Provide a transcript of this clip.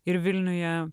ir vilniuje